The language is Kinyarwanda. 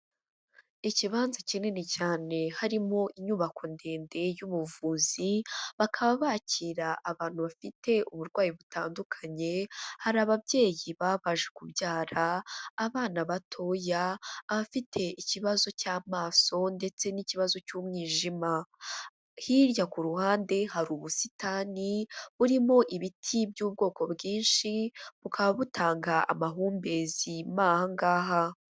Ikibanza kinini cyane harimo inyubako ndende y'ubuvuzi, bakaba bakira abantu bafite uburwayi butandukanye, hari ababyeyi baba baje kubyara, abana batoya, abafite ikibazo cy'amaso ndetse n'ikibazo cy'umwijima, hirya ku ruhande hari ubusitani burimo ibiti by'ubwoko bwinshi, bukaba butanga amahumbezi mo aha ngaha.